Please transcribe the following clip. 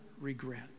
regret